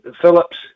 Phillips